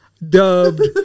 Dubbed